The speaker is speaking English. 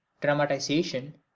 dramatization